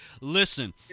listen